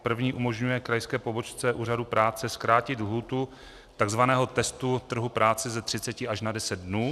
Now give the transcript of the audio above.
První umožňuje krajské pobočce úřadu práce zkrátit lhůtu takzvaného testu trhu práce ze 30 až na 10 dnů.